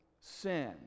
sin